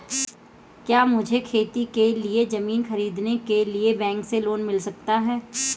क्या मुझे खेती के लिए ज़मीन खरीदने के लिए बैंक से लोन मिल सकता है?